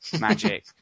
magic